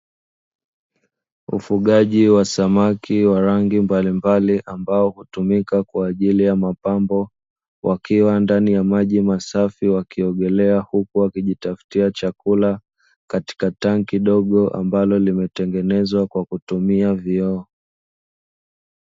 Ufugaji wa samaki wa rangi mbalimbali ambao hutumika kwa ajili ya mapambo, wakiwa ndani ya maji masafi wakiogelea huku wakijitafutia chakula katika tanki kidogo ambalo limetengenezwa kwa kutumia vioo.